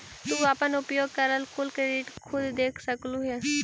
तू अपन उपयोग करल कुल क्रेडिट खुद देख सकलू हे